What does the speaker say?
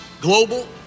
global